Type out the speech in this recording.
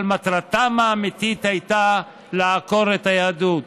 אבל מטרתם האמיתית הייתה לעקור את היהדות.